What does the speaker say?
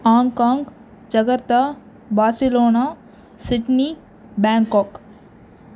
Hong Kong Jakarta Barcelona Sydney Bangkok